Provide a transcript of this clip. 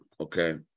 Okay